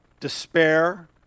Despair